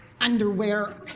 underwear